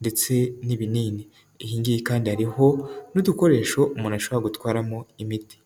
ndetse n'ibinini. Iyi ngiyi kandi hariho n'udukoresho umuntu ashobora gutwaramo imiti.